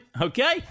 Okay